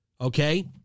Okay